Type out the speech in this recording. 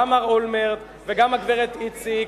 גם מר אולמרט וגם הגברת איציק,